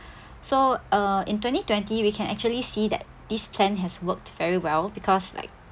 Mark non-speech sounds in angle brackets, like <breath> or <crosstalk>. <breath> so uh in twenty twenty we can actually see that this plan has worked very well because like